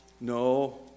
No